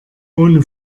ohne